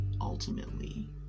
ultimately